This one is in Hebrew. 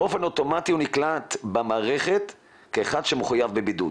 באופן אוטומטי הוא נקלט במערכת כאחד שמחויב בבידוד,